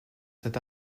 cet